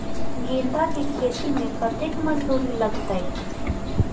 गेंदा केँ खेती मे कतेक मजदूरी लगतैक?